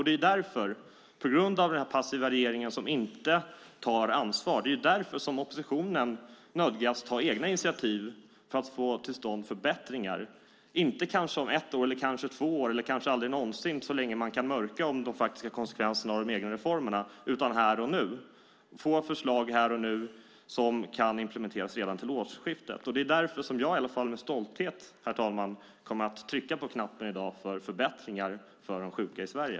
Det är på grund av den passiva regeringen, som inte tar ansvar, som oppositionen nödgas ta egna initiativ för att få till stånd förbättringar - inte om ett eller kanske två år eller kanske aldrig någonsin, så länge man kan mörka de faktiska konsekvenserna av de egna reformerna, utan här och nu, för att få förslag här och nu som kan implementeras redan till årsskiftet. Det är därför som jag med stolthet, herr talman, i dag kommer att trycka på knappen för förbättringar för de sjuka i Sverige.